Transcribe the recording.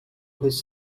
his